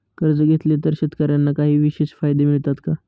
कर्ज घेतले तर शेतकऱ्यांना काही विशेष फायदे मिळतात का?